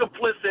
complicit